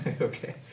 okay